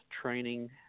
training